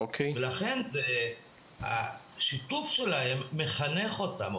לכן השיתוף שלהם מחנך אותם,